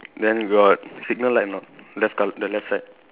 then got signal light or not left col~ the left side